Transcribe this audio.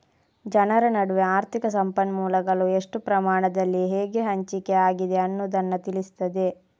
ಜನರ ನಡುವೆ ಆರ್ಥಿಕ ಸಂಪನ್ಮೂಲಗಳು ಎಷ್ಟು ಪ್ರಮಾಣದಲ್ಲಿ ಹೇಗೆ ಹಂಚಿಕೆ ಆಗಿದೆ ಅನ್ನುದನ್ನ ತಿಳಿಸ್ತದೆ